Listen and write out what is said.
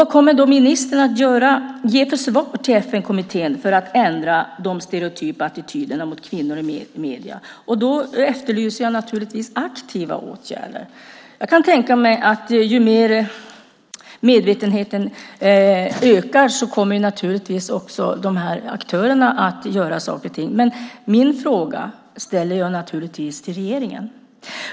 Vad kommer ministern att ge för svar till FN-kommittén för att ändra de stereotypa attityderna mot kvinnor i medierna? Jag efterlyser naturligtvis aktiva åtgärder. Jag kan tänka mig att aktörerna kommer att göra saker och ting ju mer medvetenheten ökar. Men jag ställer naturligtvis min fråga till regeringen.